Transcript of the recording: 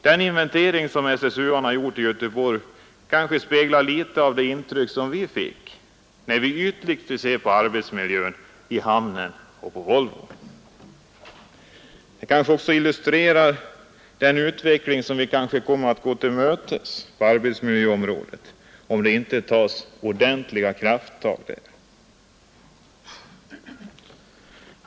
Den inventering som SSU-arna gjort i Göteborg kanske speglar litet av det intryck som vi fick när vi hade tillfälle att ytligt se arbetsmiljön i hamnen och på Volvo. Den illustrerar väl också den utveckling som vi kommer att gå till mötes på arbetsmiljöområdet om där inte tas ordentliga krafttag.